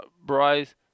Bryce